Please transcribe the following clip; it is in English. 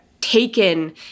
taken